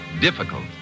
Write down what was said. difficult